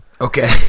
Okay